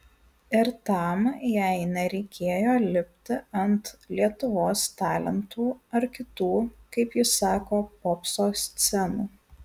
ir tam jai nereikėjo lipti ant lietuvos talentų ar kitų kaip ji sako popso scenų